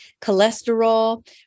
cholesterol